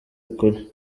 ukuri